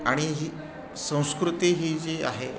आणि ही संस्कृती ही जी आहे